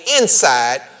inside